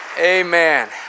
Amen